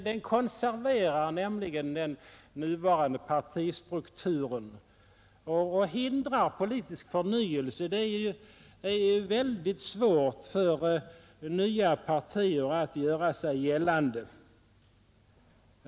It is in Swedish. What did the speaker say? Den konserverar nämligen den nuvarande partistrukturen och hindrar politisk förnyelse. Det är väldigt svårt för nya partier att göra sig gällande.